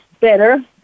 better